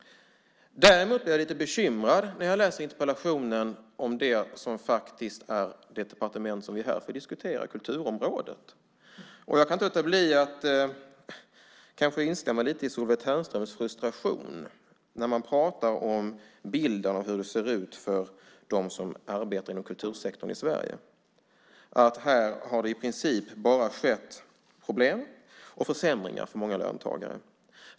Däremot blev jag bekymrad när jag läste interpellationen när det gäller det departement som vi diskuterar här, nämligen kulturområdet. Jag kan inte låta bli att instämma lite i Solveig Ternströms frustration när man talar om hur bilden ser ut för dem som arbetar inom kultursektorn i Sverige. Här har det i princip bara blivit problem och försämringar för många löntagare.